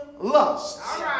lusts